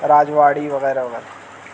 راجواڑی وغیرہ وغیر